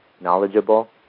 knowledgeable